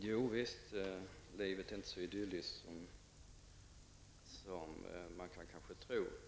Herr talman! Nej, livet är inte så idylliskt som man kanske kan tro.